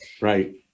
Right